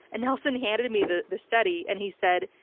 and nelson handed me the the study and he said,